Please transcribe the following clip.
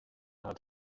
hat